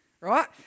right